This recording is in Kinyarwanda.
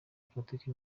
politiki